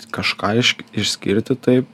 kažką išk išskirti taip